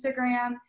Instagram